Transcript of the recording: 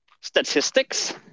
statistics